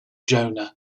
jonah